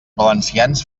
valencians